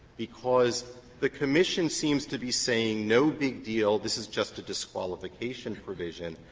because the commission seems to be saying no big deal, this is just a disqualification provision.